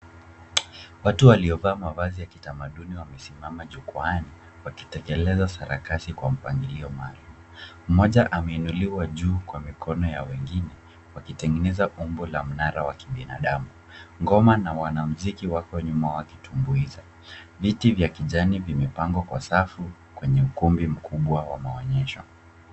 Watu waliovaa mavazi ya kitamaduni wamesimama jukwaani wakitekeleza sarakasi kwa mpangilio maalum. Mmoja ameinuliwa juu kwa mikono ya wengine wakitengeneza umbo la mnara wa kibinadamu. Ngoma na wanamuziki wako nyuma wakitumbuiza. Viti vya kijani vimepangwa kwa safu kwenye ukumbi mkubwa wa maonyesho.